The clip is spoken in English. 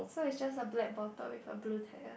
so is just a black bottle with a blue tag ah